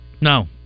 No